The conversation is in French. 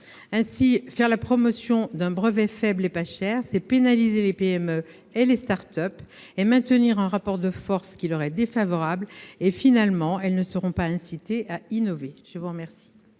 Ainsi, faire la promotion d'un brevet faible et pas cher, c'est pénaliser les PME et les start-up en maintenant un rapport de forces qui leur est défavorable. Finalement, elles ne sont pas incitées à innover. Excellente